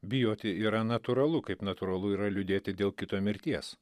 bijoti yra natūralu kaip natūralu yra liūdėti dėl kito mirties